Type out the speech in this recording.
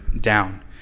down